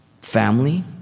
family